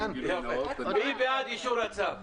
מי בעד אישור הצו?